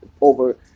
over